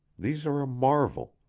these are a marvel.